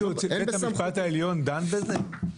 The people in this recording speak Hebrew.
בית המשפט העליון דן בזה?